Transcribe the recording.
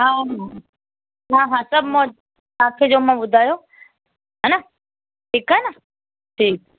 हा हा सभु मौज तव्हां अचिजो त ॿुधाइजो हा न ठीकु आहे न ठीकु आहे